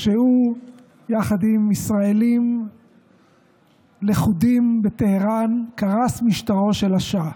כשהוא וישראלים לכודים בטהראן, קרס משטרו של השאה.